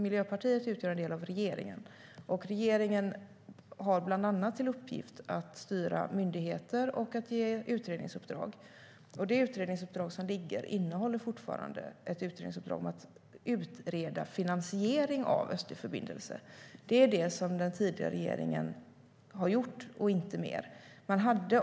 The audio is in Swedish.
Miljöpartiet utgör en del av regeringen, och regeringen har bland annat till uppgift att styra myndigheter och ge utredningsuppdrag. Det utredningsuppdrag som föreligger innehåller fortfarande ett uppdrag att utreda finansiering av en östlig förbindelse. Det är det som den tidigare regeringen har gjort och inte mer.